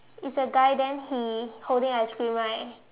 is a guy then he holding ice cream right